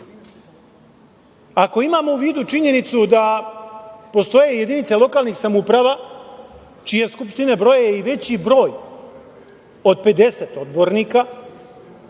imamo u vidu činjenicu da postoje jedinice lokalnih samouprava čije skupštine broje i veći broj od 50 odbornika,